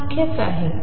सारखेच आहे